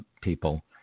people